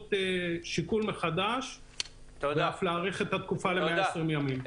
שיקול מחדש ולהאריך את התקופה ל-120 ימים.